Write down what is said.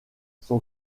son